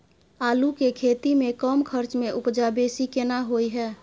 आलू के खेती में कम खर्च में उपजा बेसी केना होय है?